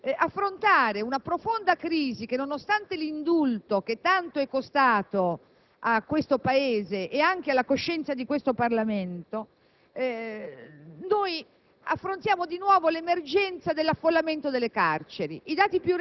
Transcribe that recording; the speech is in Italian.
il minimo importo utile a tentare di affrontare una profonda crisi che, nonostante l'indulto (che tanto è costato a questo Paese ed anche alla coscienza di questo Parlamento),